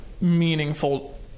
meaningful